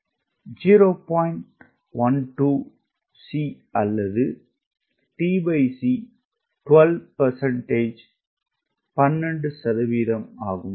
12 C அல்லது tc 12 ஆகும்